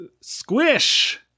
Squish